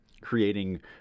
creating